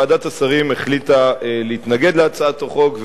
ועדת השרים החליטה להתנגד להצעת החוק,